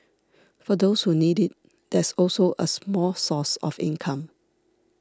for those who need it there's also a small source of income